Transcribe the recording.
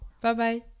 Bye-bye